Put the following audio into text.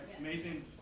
Amazing